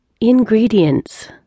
Ingredients